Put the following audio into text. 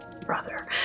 brother